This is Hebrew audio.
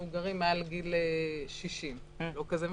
מבוגרים מעל גיל 60. זה לא גיל כזה מבוגר,